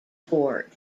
board